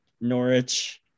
Norwich